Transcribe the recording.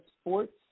sports